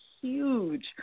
huge